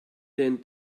den